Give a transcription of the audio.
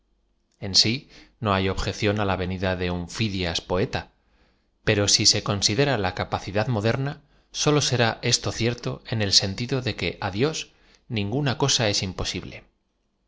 en si no hay objeción á la venida de un fldias poeta pero si se considera la capacidad moderna sólo será esto cierto en ei sentido de que á dios ninguna cosa es imposi